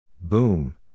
Boom